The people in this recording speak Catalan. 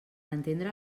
entendre